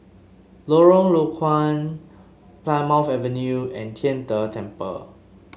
Lorong Low Koon Plymouth Avenue and Tian De Temple